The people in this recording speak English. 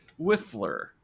Wiffler